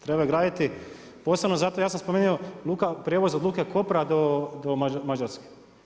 Treba graditi posebno zato, ja sam spomenuo prijevoz od luke Koper do Mađarske.